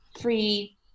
free